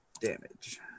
damage